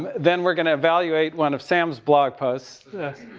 then we're going to evaluate one of sams blog posts.